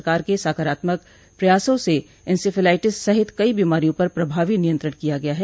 सरकार के सकारात्मक प्रयासों से इंसेफेलाइटिस सहित कई बीमारियों पर प्रभावी नियंत्रण किया गया है